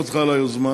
מברך אותך על היוזמה,